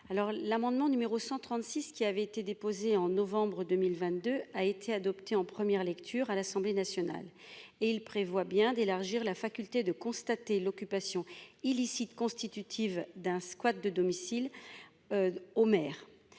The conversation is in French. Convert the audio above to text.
l'amendement numéro 136 qui avait été déposée en novembre 2022 a été adopté en première lecture à l'Assemblée nationale et il prévoit bien d'élargir la faculté de constater l'occupation illicite constitutive d'un squat de domicile. Au maire.